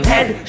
Head